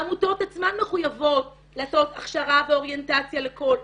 העמותות עצמן מחויבות לעשות הכשרה ואוריינטציה לכל.